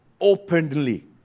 openly